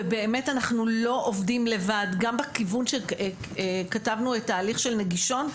ובאמת אנחנו לא עובדים לבד גם בכיוון שתבנו את ההליך של נגישון,